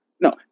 No